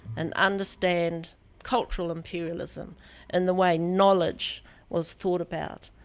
and understand cultural imperialism in the way knowledge was thought about,